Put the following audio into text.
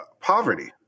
poverty